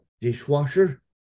dishwasher